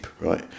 right